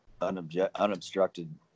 unobstructed